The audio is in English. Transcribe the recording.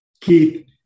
Keith